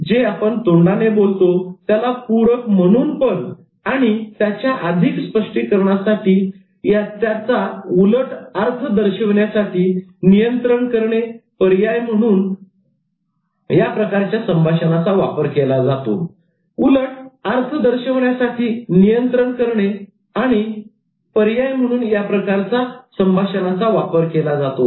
जे आपण तोंडाने बोलतो त्याला पूरक म्हणून पण आणि त्याच्या अधिक स्पष्टीकरणासाठी त्याचा उलट अर्थ दर्शविण्यासाठी नियंत्रण करणे आणि पर्याय म्हणून या प्रकारच्या संभाषणाचा वापर केला जातो